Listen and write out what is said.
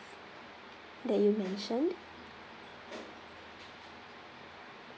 that you mentioned